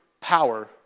power